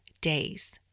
days